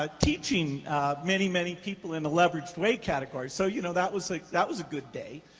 ah teaching many, many people in a leveraged way category. so you know, that was like that was a good day,